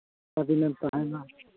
ᱚᱠᱟ ᱫᱤᱱᱮᱢ ᱛᱟᱦᱮᱱᱟ